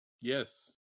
Yes